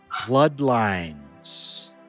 bloodlines